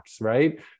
right